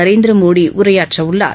நரேந்திர மோடி உரையாற்ற உள்ளார்